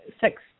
six